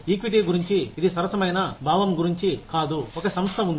equity గురించి ఇది సరసమైన భావం గురించి కాదు ఒక సంస్థ ఉంది